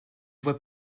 voie